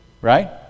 Right